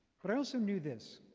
but i also knew this,